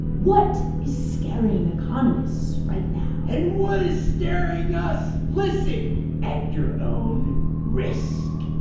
what is scaring economists right now? and what is scaring us? listen at your own risk